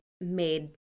made